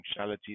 functionality